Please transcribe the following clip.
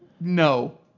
No